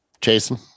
Jason